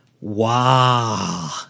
wow